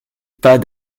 pas